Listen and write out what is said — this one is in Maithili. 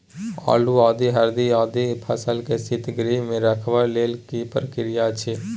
आलू, आदि, हरदी आदि फसल के शीतगृह मे रखबाक लेल की प्रक्रिया अछि?